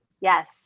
yes